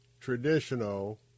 traditional